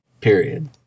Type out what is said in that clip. period